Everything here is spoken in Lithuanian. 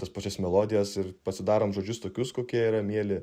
tas pačias melodijas ir pasidarom žodžius tokius kokie yra mieli